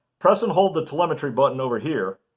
press and hold the telemetry button over here,